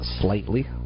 slightly